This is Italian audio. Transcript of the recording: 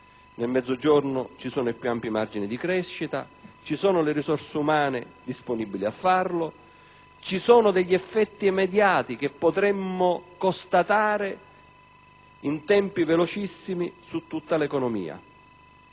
nel Mezzogiorno ci sono i più ampi margini di crescita, ci sono le risorse umane disponibili, ci sono degli effetti mediati che potremmo constatare in tempi velocissimi su tutta l'economia.